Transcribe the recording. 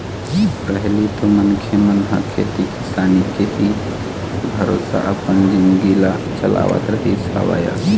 पहिली तो मनखे मन ह खेती किसानी के ही भरोसा अपन जिनगी ल चलावत रहिस हवय